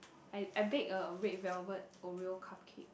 I I baked a red velvet oreo cupcake